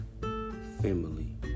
family